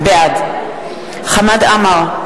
בעד חמד עמאר,